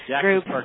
groups